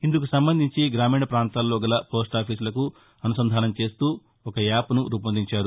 ఇందుకు సంబంధించి గ్రామీణ ప్రాంతాల్లో గల పోస్లాఫీసులకు అనుసంధానం చేస్తూ యాప్ను రూపొందించారు